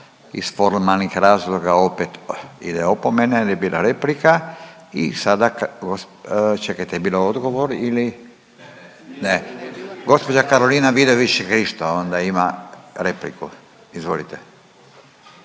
Iz formalnih razloga opet ide opomena jel je bila replika. I sada, čekajte je bilo odgovor ili. Ne. Gospođa Karolina Vidović Krišto onda ima repliku, izvolite.